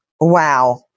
Wow